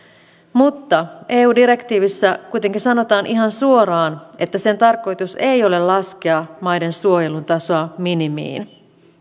mutta eu direktiivissä kuitenkin sanotaan ihan suoraan että sen tarkoitus ei ole laskea maiden suojelun tasoa minimiin